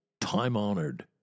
time-honored